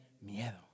miedo